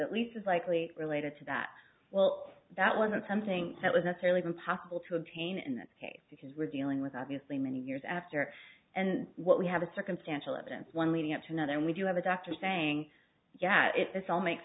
at least as likely related to that well that wasn't something that was necessarily impossible to obtain in this case because we're dealing with obviously many years after and what we have a circumstantial evidence one leading up to another and we do have a doctor saying yeah it's all make